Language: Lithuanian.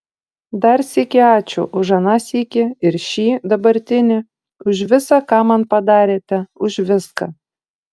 dar sykį ačiū už aną sykį ir šį dabartinį už visa ką man padarėte už viską